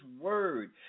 word